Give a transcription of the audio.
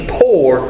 poor